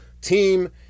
team